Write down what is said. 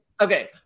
Okay